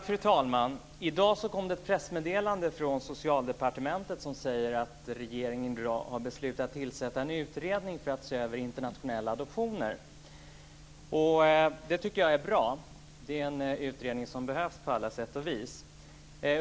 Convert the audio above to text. Fru talman! I dag kom det ett pressmeddelande från Socialdepartementet som säger att regeringen har beslutat att tillsätta en utredning för att se över internationella adoptioner. Jag tycker att det är bra. Det är en utredning som behövs på alla sätt och vis.